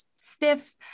stiff